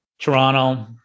Toronto